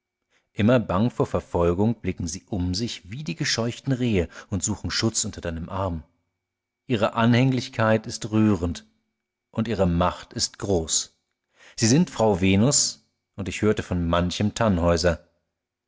immer bang vor verfolgung blicken sie um sich wie die gescheuchten rehe und suchen schutz unter deinem arm ihr anhänglichkeit ist rührend und ihre macht ist groß sie sind frau venus und ich hörte von manchem tannhäuser